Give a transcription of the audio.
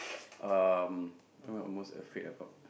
um what am I the most afraid about